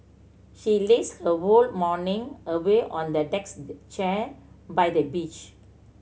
she lazed her whole morning away on the decks chair by the beach